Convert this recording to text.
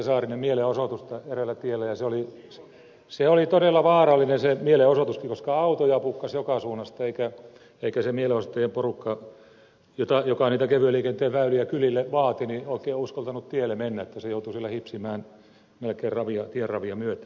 saarinen mielenosoitusta eräällä tiellä ja oli todella vaarallinen se mielenosoituskin koska autoja pukkasi joka suunnasta eikä se mielenosoittajien porukka joka niitä kevyen liikenteen väyliä kylille vaati oikein uskaltanut tielle mennä se joutui siellä hipsimään melkein tienravia myöten